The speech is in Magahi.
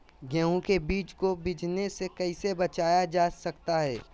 गेंहू के बीज को बिझने से कैसे बचाया जा सकता है?